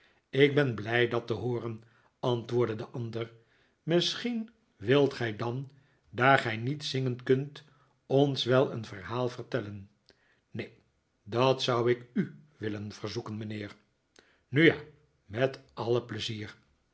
ik ben blij dat te hooren antwoordde de ander misschien wilt gij dan daar gij niet zingen kunt ons wel een verhaal vertellen neen dat zou ik u willen verzoeken mijnheer na u met alle pleizier